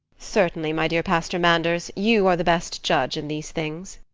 certainly, my dear pastor manders. you are the best judge in these things.